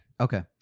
okay